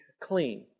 clean